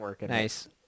Nice